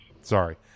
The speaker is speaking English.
Sorry